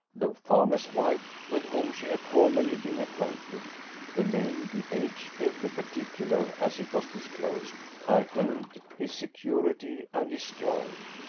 the farmer's wife, with whom she had formerly been acquainted the name, the age, every particular, as it was disclosed, heightened his security and his joy.